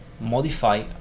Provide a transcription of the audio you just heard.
modify